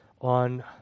on